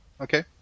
Okay